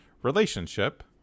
relationship